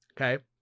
Okay